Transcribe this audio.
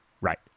Right